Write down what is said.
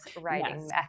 writing